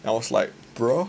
and I was like bro